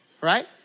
Right